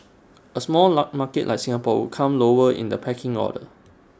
A small market like Singapore would come lower in the pecking order